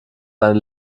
eine